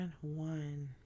one